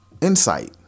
insight